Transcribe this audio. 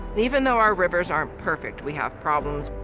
even though our rivers aren't perfect, we have problems,